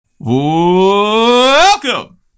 Welcome